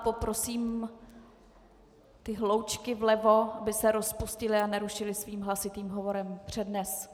Poprosím hloučky vlevo, aby se rozpustily a nerušily svým hlasitým hovorem přednes.